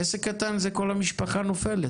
בעסק קטן כל המשפחה נופלת,